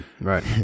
Right